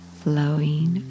flowing